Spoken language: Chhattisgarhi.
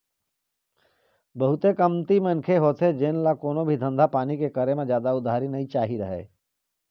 बहुते कमती मनखे होथे जेन ल कोनो भी धंधा पानी के करे म उधारी नइ चाही रहय